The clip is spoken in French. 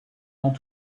dans